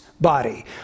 body